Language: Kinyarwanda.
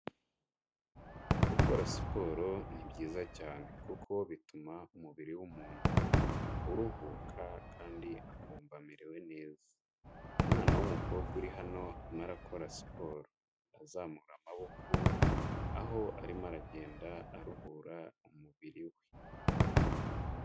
Gukora siporo ni byiza cyane. Kuko bituma umubiri w'umuntu uruhuka kandi akumva amerewe neza. Umwana w'umukobwa uri hano arimo arakora siporo azamura amaboko, aho arimo aragenda aruhura umubiri we.